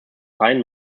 freien